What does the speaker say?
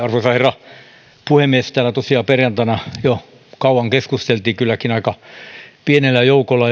arvoisa herra puhemies täällä tosiaan perjantaina jo kauan keskusteltiin kylläkin aika pienellä joukolla